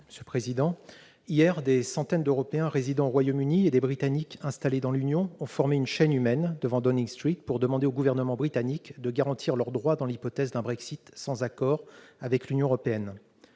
commission spéciale, hier, des centaines d'Européens résidant au Royaume-Uni et de Britanniques installés dans l'Union ont formé une chaîne humaine devant Downing Street pour demander au gouvernement britannique de garantir leurs droits dans l'hypothèse d'un Brexit sans accord avec l'Union européenne.